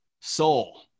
soul